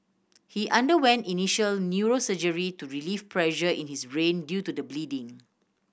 he underwent initial neurosurgery to relieve pressure in his brain due to the bleeding